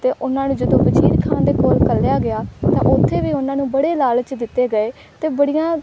ਅਤੇ ਉਹਨਾਂ ਨੇ ਜਦੋਂ ਵਜ਼ੀਰ ਖਾਨ ਦੇ ਕੋਲ ਘੱਲਿਆ ਗਿਆ ਤਾਂ ਉੱਥੇ ਵੀ ਉਹਨਾਂ ਨੂੰ ਬੜੇ ਲਾਲਚ ਦਿੱਤੇ ਗਏ ਅਤੇ ਬੜੀਆਂ